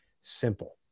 Simple